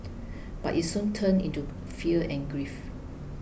but it soon turned into fear and grief